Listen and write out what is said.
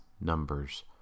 numbers